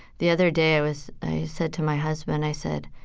the other day, i was, i said to my husband, i said,